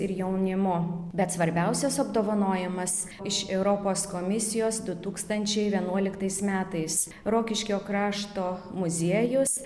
ir jaunimu bet svarbiausias apdovanojimas iš europos komisijos du tūkstančiai vienuoliktais metais rokiškio krašto muziejus